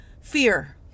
fear